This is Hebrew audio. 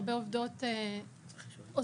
הרבה עובדות עוזבות,